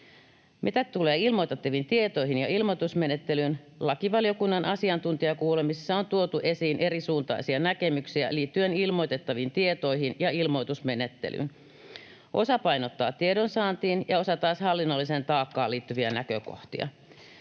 Mitä tulee ilmoitettaviin tietoihin ja ilmoitusmenettelyyn, lakivaliokunnan asiantuntijakuulemisessa on tuotu esiin erisuuntaisia näkemyksiä liittyen ilmoitettaviin tietoihin ja ilmoitusmenettelyyn. Osa painottaa tiedonsaantiin ja osa taas hallinnolliseen taakkaan liittyviä näkökohtia.